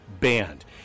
banned